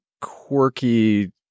quirky